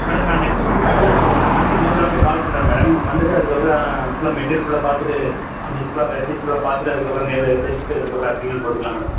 madam நான் next week Tamil Nadu வர்றேன் madam வந்துட்டு நேரில் வந்துட்டு கால் பண்ணுறேன் மேடம் வந்துட்டு அதுக்கப்றோம் ஃபுல்லாக மெட்டிரீயல் ஃபுல்லாக பார்த்துட்டு ஃபுல்லாக பார்த்துட்டு அதுக்கப்றோம் நேரில் பேசிக்கிட்டு அதுக்கப்புறோம் அக்ரீமென்ட் போட்டுக்கலாம் மேடம்